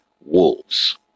wolves